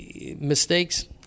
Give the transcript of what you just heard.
mistakes